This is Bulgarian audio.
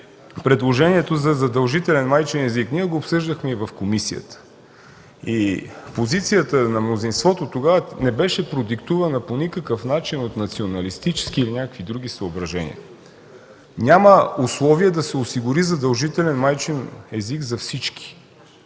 предложението за задължителен майчин език – ние го обсъждахме и в комисията, позицията на мнозинството тогава не беше продиктувана по никакъв начин от националистически или някакви други съображения. Няма условие да се осигури задължителен майчин език за всички